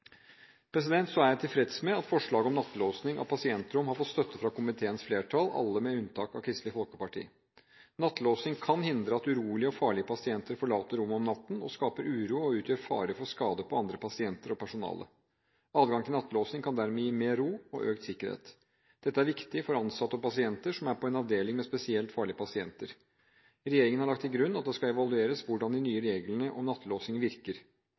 Jeg er tilfreds med at forslaget om nattelåsing av pasientrom har fått støtte fra komiteens flertall – alle partier med unntak av Kristelig Folkeparti. Nattelåsing kan hindre at urolige og farlige pasienter forlater rommet om natten og skaper uro og utgjør fare for skade på andre pasienter og personalet. Adgang til nattelåsing kan dermed gi mer ro og økt sikkerhet. Dette er viktig for både ansatte og pasienter som er på en avdeling med spesielt farlige pasienter. Regjeringen har lagt til grunn at det skal evalueres hvordan de nye reglene om nattelåsing virker.